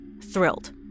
thrilled